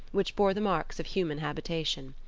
which bore the marks of human habitation.